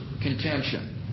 contention